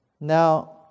Now